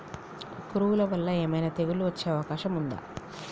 పురుగుల వల్ల ఏమైనా తెగులు వచ్చే అవకాశం ఉందా?